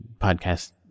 podcast